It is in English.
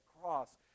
cross